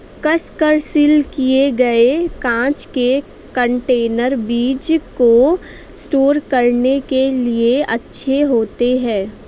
कसकर सील किए गए कांच के कंटेनर बीज को स्टोर करने के लिए अच्छे होते हैं